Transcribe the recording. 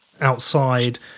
outside